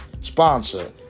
sponsor